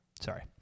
Sorry